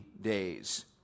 days